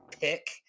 pick